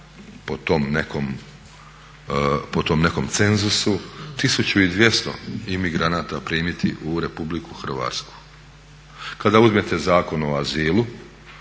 po tom nekom cenzusu 1200 imigranata primiti u RH. Kada uzmete Zakon o azilu